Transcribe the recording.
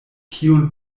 kiun